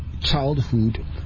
childhood